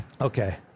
Okay